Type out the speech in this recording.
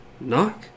Knock